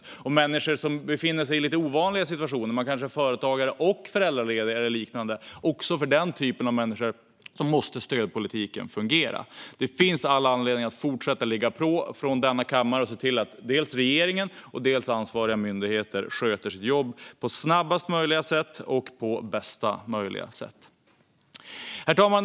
Även för människor som befinner sig i lite ovanliga situationer, till exempel föräldralediga företagare och liknande, måste stödpolitiken fungera. Det finns all anledning att fortsätta ligga på från denna kammare och se till att dels regeringen, dels ansvariga myndigheter sköter sitt jobb på snabbast möjliga sätt och på bästa möjliga sätt. Herr talman!